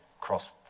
cross